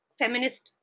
feminist